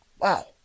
wow